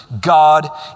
God